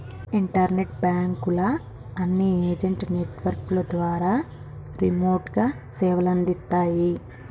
internet బాంకుల అన్ని agent network ద్వారా రిమోట్ గా సేవలందిత్తాయి